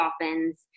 Dolphins